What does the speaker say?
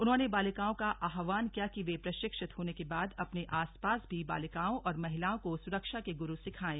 उन्होंने बालिकाओं का आह्वान किया कि वे प्रशिक्षित होने के बाद अपने आसपास भी बालिकाओं और महिलाओं को सुरक्षा के गुर सिखायें